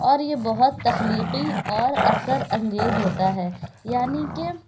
اور یہ بہت تخلیقی اور اثر انگیز ہوتا ہے یعنی کہ